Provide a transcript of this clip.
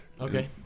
okay